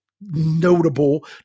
notable